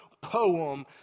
poem